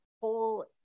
whole